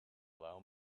allow